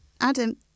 Adam